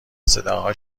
صداها